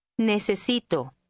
Necesito